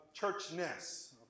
churchness